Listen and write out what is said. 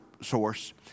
source